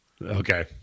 Okay